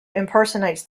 impersonates